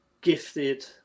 gifted